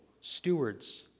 stewards